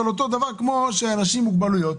אותו דבר כמו אנשים עם מוגבלויות.